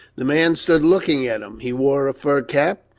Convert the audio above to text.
the man stood looking at him. he wore a fur cap,